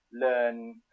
learn